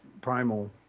Primal